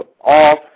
off